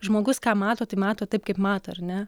žmogus ką mato tai mato taip kaip mato ar ne